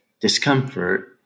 discomfort